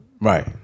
Right